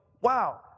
wow